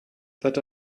let